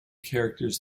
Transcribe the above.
characters